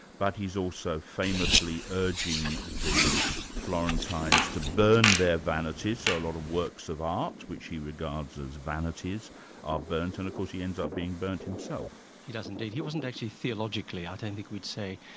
but he's also famously urging the florentines to burn their vanities, so a lot of works of art which he regards as vanities are burnt, and of course he ends up being burned himself. he does indeed. he wasn't actually theologically, i ah don't think we'd say,